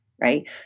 right